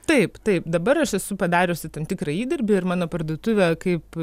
taip taip dabar aš esu padariusi tam tikrą įdirbį ir mano parduotuvę kaip